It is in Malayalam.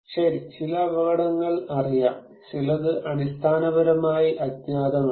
ശരി ചില അപകടങ്ങൾ അറിയാം ചിലത് അടിസ്ഥാനപരമായി അജ്ഞാതമാണ്